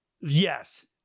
yes